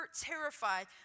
terrified